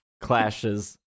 clashes